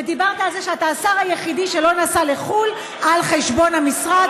ודיברת על זה שאתה השר היחידי שלא נסע לחו"ל על חשבון המשרד,